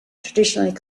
traditionally